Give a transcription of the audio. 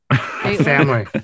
family